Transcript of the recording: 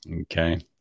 Okay